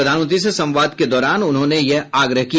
प्रधानमंत्री से संवाद के दौरान उन्होंने यह आग्रह किया